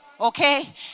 Okay